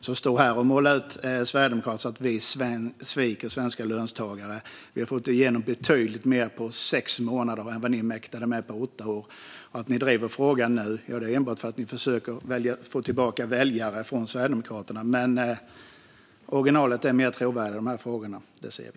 Sedan står ni här och utmålar Sverigedemokraterna som några som sviker svenska löntagare. Vi har fått igenom betydligt mer på sex månader än vad ni mäktade med på åtta år. Att ni driver frågan nu beror enbart på att ni försöker få tillbaka väljare från Sverigedemokraterna. Men att originalet är mer trovärdigt i de här frågorna ser vi.